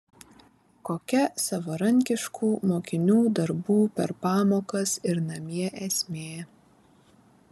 kokia savarankiškų mokinių darbų per pamokas ir namie esmė